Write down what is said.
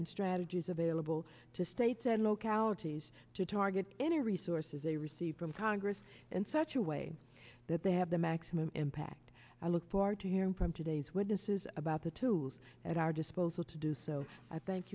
strategies available to states and localities to target any resources they receive from congress in such a way that they have the maximum impact i look forward to hearing from today's witnesses about the tools at our disposal to do so i thank